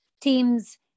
teams